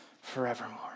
forevermore